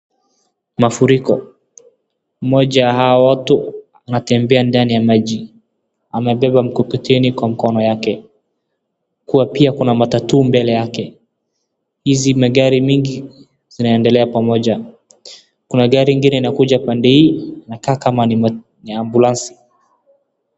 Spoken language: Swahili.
Mafuriko, mmoja wa hao watu anatembea ndani ya maji, anabeba mkokoteni kwa mkono yake kwa pia kuna matatuu mbele yake, hizi magari mingi zinaendelea pamoja kuna gari ingine inakuja pande hii inakaa kama ni ambulansi .